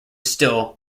still